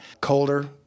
colder